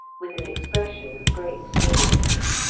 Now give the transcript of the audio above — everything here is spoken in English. with an expression of great seriousness.